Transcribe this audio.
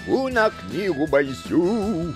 būna knygų baisių